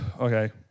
okay